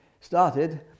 started